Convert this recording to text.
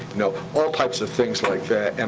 you know all types of things like that. and